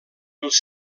els